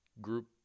group